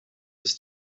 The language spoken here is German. ist